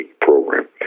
program